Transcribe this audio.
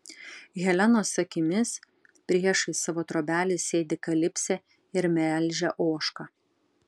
helenos akimis priešais savo trobelę sėdi kalipsė ir melžia ožką